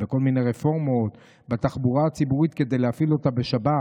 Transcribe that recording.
בכל מיני רפורמות בתחבורה הציבורית כדי להפעיל אותה בשבת,